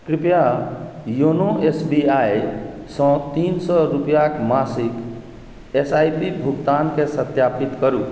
कृपया YONO S B I सँ तीन सए रुपैआक मासिक एस आइ पी भुगतानकेँ सत्यापित करू